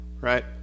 right